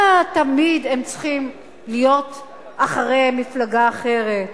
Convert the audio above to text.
תמיד הם צריכים להיות אחרי מפלגה אחרת.